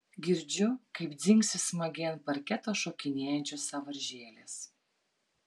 girdžiu kaip dzingsi smagiai ant parketo šokinėjančios sąvaržėlės